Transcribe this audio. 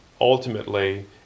ultimately